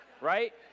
right